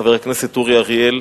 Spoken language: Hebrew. חבר הכנסת אורי אריאל.